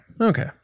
Okay